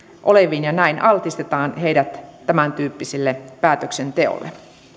oleviin ja näin altistetaan heidät tämäntyyppiselle päätöksenteolle